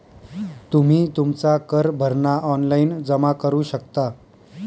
तुम्ही तुमचा कर भरणा ऑनलाइन जमा करू शकता